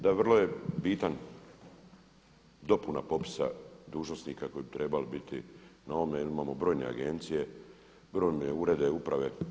Da, vrlo je bitan dopuna popisa dužnosnika koji bi trebali biti na ovome jer imamo brojne agencije, brojne urede i uprave.